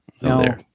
No